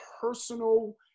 personal